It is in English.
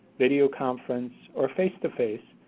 video conference, or face to face,